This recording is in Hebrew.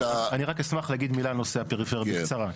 --- אני אשמח להגיד מילה בנושא הפריפריה בקצרה.